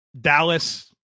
Dallas